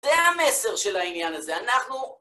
זה המסר של העניין הזה. אנחנו...